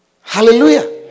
Hallelujah